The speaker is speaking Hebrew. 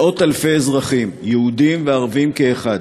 מאות-אלפי אזרחים, יהודים וערבים כאחד,